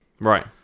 Right